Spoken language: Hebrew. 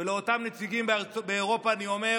לאותם נציגים באירופה אני אומר: